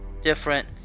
different